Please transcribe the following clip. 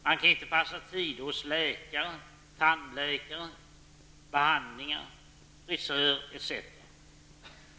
Man kan inte passa tider hos läkare, tandläkare, behandlingar, frisör, etc.